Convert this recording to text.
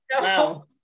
Wow